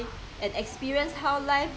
because this kind of thing is they got a choice